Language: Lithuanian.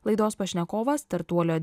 laidos pašnekovas startuolio